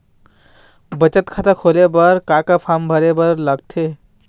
बचत खाता खोले बर का का फॉर्म भरे बार लगथे?